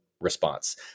response